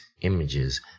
images